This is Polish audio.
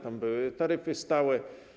Tam były taryfy stałe.